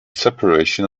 separation